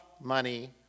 money